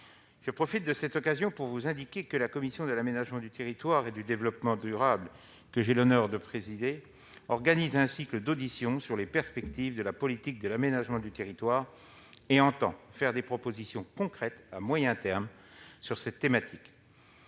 Je profite de cette occasion pour vous indiquer que la commission de l'aménagement du territoire et du développement durable, que j'ai l'honneur de présider, organise un cycle d'auditions sur les perspectives de la politique de l'aménagement du territoire et qu'elle entend faire des propositions concrètes à moyen terme sur cette thématique.